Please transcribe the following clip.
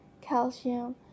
calcium